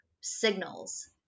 signals